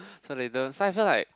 so they don't so I feel like